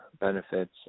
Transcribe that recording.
benefits